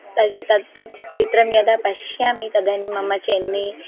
तव्यु तत् तत् चित्रं यदा पश्यामि तदानीं मम चेन्नै